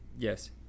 Yes